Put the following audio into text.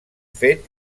fet